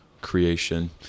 creation